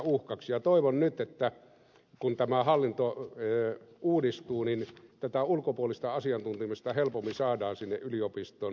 toivon nyt että kun tämä hallinto uudistuu tätä ulkopuolista asiantuntemusta helpommin saadaan sinne yliopiston hallintoon mukaan